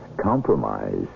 compromise